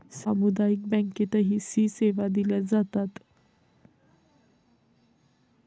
सामुदायिक बँकेतही सी सेवा दिल्या जातात